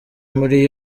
muri